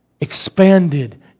expanded